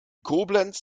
koblenz